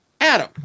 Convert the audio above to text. Adam